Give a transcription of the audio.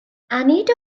anita